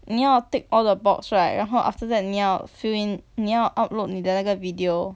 你要 tick all the box right 然后 after that 你要 fill in 你要 upload 你的那个 video